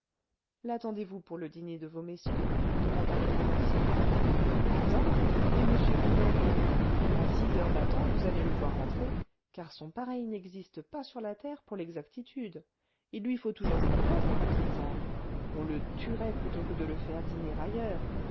lattendez vous pour le dîner de vos messieurs demanda le pharmacien l'attendre et m binet donc à six heures battant vous allez le voir entrer car son pareil n'existe pas sur la terre pour l'exactitude il lui faut toujours sa place dans la petite salle on le tuerait plutôt que de le faire dîner ailleurs